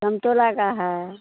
संतरा का है